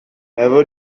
never